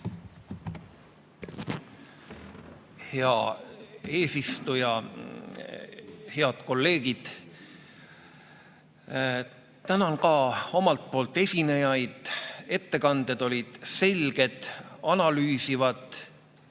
Hea eesistuja! Head kolleegid! Tänan ka omalt poolt esinejaid. Ettekanded olid selged, analüüsivad,